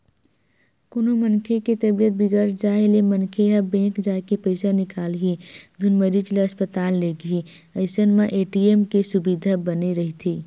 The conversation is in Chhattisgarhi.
कोनो मनखे के तबीयत बिगड़ जाय ले मनखे ह बेंक जाके पइसा निकालही धुन मरीज ल अस्पताल लेगही अइसन म ए.टी.एम के सुबिधा बने रहिथे